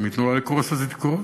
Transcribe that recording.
אם ייתנו לה לקרוס אז היא תקרוס,